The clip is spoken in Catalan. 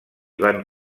van